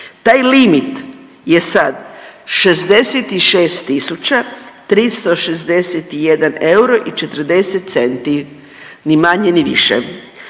Taj limit je sad 66.361 euro i 40 centi ni manje ni više.